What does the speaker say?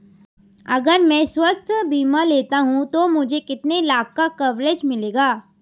अगर मैं स्वास्थ्य बीमा लेता हूं तो मुझे कितने लाख का कवरेज मिलेगा?